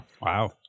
Wow